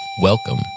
Welcome